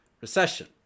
recession